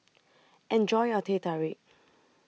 Enjoy your Teh Tarik